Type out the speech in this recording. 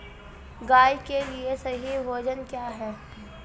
गाय के लिए सही भोजन क्या है?